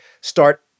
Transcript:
start